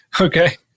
Okay